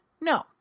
No